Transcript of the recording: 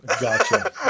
Gotcha